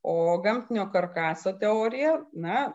o gamtinio karkaso teorija na